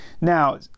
Now